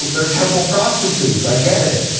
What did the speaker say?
they're temple prostitutes, i get it.